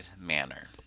manner